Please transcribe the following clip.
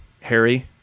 Harry